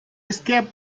escape